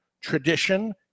tradition